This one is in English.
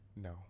No